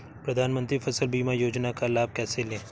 प्रधानमंत्री फसल बीमा योजना का लाभ कैसे लें?